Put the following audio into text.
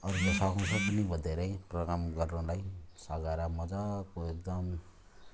अरू त सक्नु छ पनि भयो धेरै प्रोग्राम गर्नलाई सजाएर मजाको एकदम